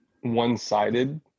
one-sided